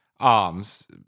arms